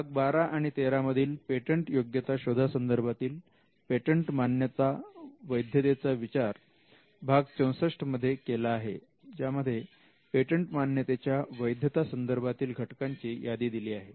भाग 12 आणि 13 मधील पेटंटयोग्यता शोधा संदर्भातील पेटंट मान्यता वैधतेचा विचार भाग 64 मध्ये केला आहे ज्यामध्ये पेटंट मान्यतेच्या वैधतासंदर्भातील घटकांची यादी दिलेली आहे